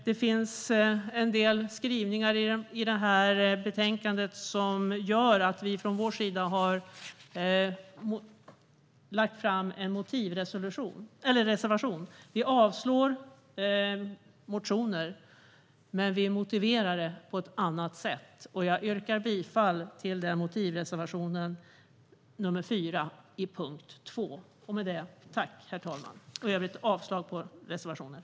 Det finns en del skrivningar i betänkandet som gör att vi från vår sida har en reservation. Vi yrkar att motionerna avslås, men vi motiverar vårt avslagsyrkande på ett annat sätt. Jag yrkar bifall till reservation 4 vid punkt 2. I övrigt yrkar jag avslag på reservationerna.